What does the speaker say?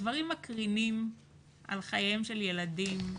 הדברים מקרינים על חייהם של ילדים.